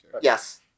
Yes